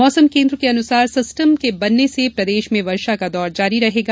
मौसम केन्द्र भोपाल के अनुसार सिस्टम के बनने से प्रदेश में वर्षा का दौर जारी रहेगा